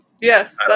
Yes